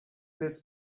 this